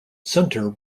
center